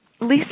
lisa